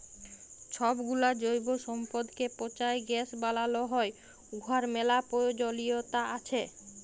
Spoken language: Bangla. ছবগুলা জৈব সম্পদকে পঁচায় গ্যাস বালাল হ্যয় উয়ার ম্যালা পরয়োজলিয়তা আছে